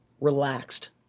relaxed